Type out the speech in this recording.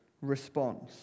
response